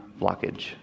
blockage